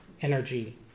energy